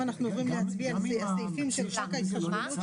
גם אם המציע של הרוויזיה לא נמצא?